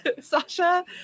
Sasha